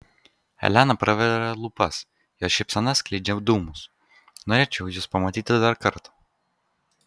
elena praveria lūpas jos šypsena skleidžia dūmus norėčiau jus pamatyti dar kartą